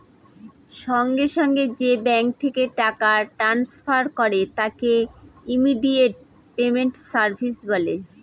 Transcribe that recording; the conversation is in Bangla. সঙ্গে সঙ্গে যে ব্যাঙ্ক থেকে টাকা ট্রান্সফার করে তাকে ইমিডিয়েট পেমেন্ট সার্ভিস বলে